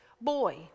boy